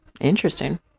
Interesting